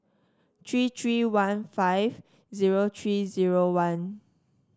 three three one five zero three zero one